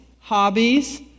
hobbies